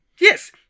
Yes